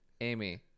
Amy